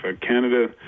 Canada